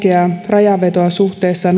rajanvetoa suhteessa